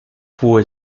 fue